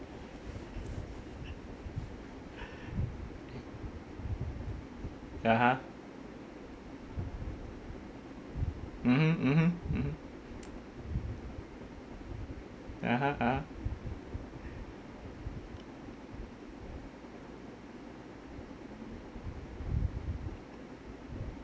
(uh huh) mmhmm mmhmm mmhmm (uh huh) (uh huh)